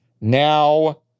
now